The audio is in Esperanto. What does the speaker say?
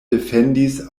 defendis